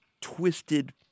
twisted